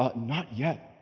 not not yet.